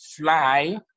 fly